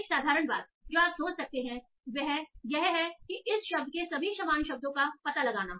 एक साधारण बात जो आप सोच सकते हैं वह है इस शब्द के सभी समान शब्दों का पता लगाना